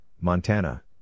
Montana